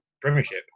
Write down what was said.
premiership